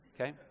Okay